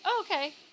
okay